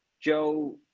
Joe